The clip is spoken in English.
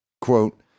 Quote